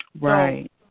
Right